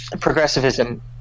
progressivism